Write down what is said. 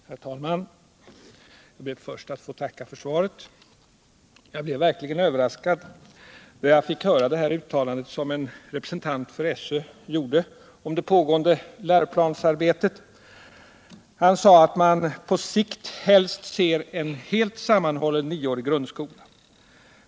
Herr talman! Jag ber först att få tacka statsrådet Mogård för svaret. Jag blev verkligen förvånad då jag fick höra det uttalande som en representant för skolöverstyrelsen gjorde om det pågående läroplansarbetet. Han sade att man på sikt helst ser en helt sammanhållen nioårig grundskola.